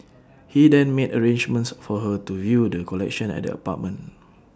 he then made arrangements for her to view the collection at the apartment